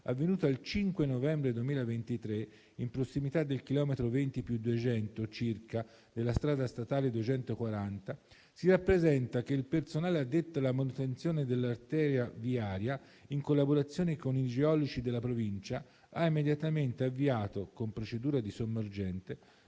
avvenuta il 5 novembre 2023, in prossimità del chilometro 20+200 circa della strada statale 240, si rappresenta che il personale addetto alla manutenzione dell'arteria viaria, in collaborazione con i geologi della Provincia, ha immediatamente avviato, con procedura di somma urgenza